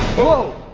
whoa,